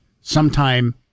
sometime